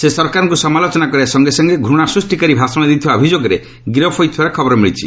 ସେ ସରକାରଙ୍କୁ ସମାଲୋଚନା କରିବା ସଙ୍ଗେ ସଙ୍ଗେ ଘୃଣା ସୃଷ୍ଟିକାରୀ ଭାଷଣ ଦେଉଥିବା ଅଭିଯୋଗରେ ଗିରଫ୍ ହୋଇଥିବାର ଖବର ମିଳିଛି